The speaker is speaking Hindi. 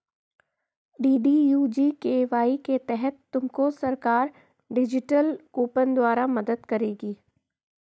डी.डी.यू जी.के.वाई के तहत तुमको सरकार डिजिटल कूपन द्वारा मदद करेगी